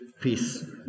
peace